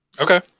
Okay